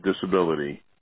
disability